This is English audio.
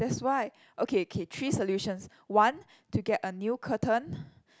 that's why okay okay three solutions one to get a new curtain